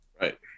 Right